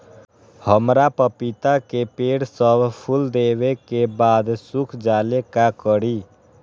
हमरा पतिता के पेड़ सब फुल देबे के बाद सुख जाले का करी?